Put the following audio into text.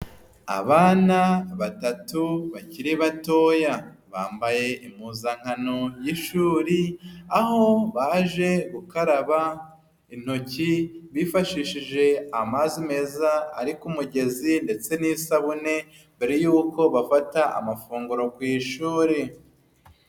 Abana, batatu bakiri batoya, bambaye impuzankano y'ishuri, aho baje gukaraba intoki bifashishije amazi meza ari ku mugezi, ndetse n'isabune mbere yuko bafata amafunguro ku ishuri.